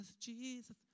Jesus